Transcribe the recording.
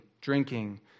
drinking